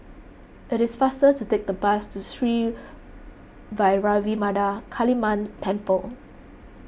it is faster to take the bus to Sri Vairavimada Kaliamman Temple